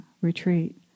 retreat